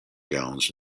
gowns